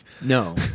No